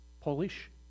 Polish